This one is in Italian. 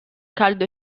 caldo